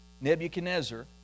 Nebuchadnezzar